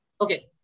okay